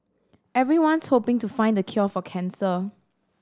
everyone's hoping to find the cure for cancer